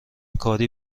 کاری